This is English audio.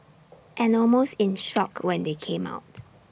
and almost in shock when they came out